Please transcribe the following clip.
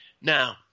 now